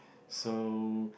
so